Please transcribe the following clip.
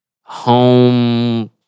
home